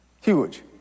Huge